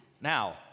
Now